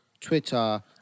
Twitter